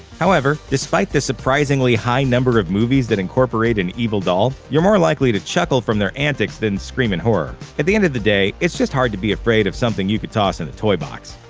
however, despite the surprisingly high number of movies that incorporate an evil doll, you're more likely to chuckle from their antics than scream in horror. at the end of the day, it's just hard to be afraid of something you could toss in a toybox.